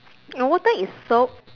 my water is soap